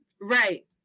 right